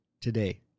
today